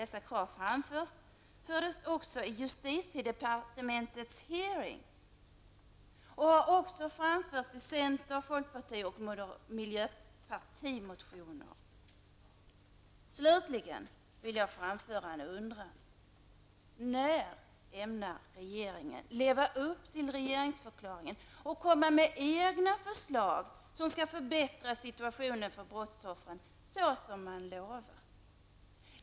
Dessa krav framfördes också vid justitiedepartementets utfrågning, liksom också i center-, folkparti och miljöpartimotioner. Slutligen vill jag ställa en fråga: När ämnar ni socialdemokrater, som regeringen har lovat, leva upp till regeringsförklaringen och komma med egna förslag som förbättrar situationen för brottsoffren?